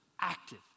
active